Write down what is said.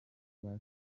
rwa